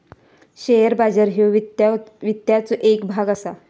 share बाजार ह्यो वित्ताचो येक भाग असा